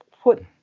put